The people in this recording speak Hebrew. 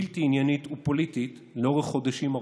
בלתי עניינית ופוליטית לאורך חודשים ארוכים.